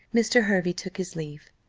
mr. hervey took his leave.